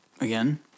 Again